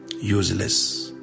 useless